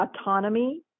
autonomy